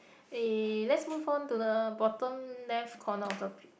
eh let's move on to the bottom left corner of the